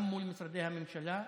גם מול משרדי הממשלה.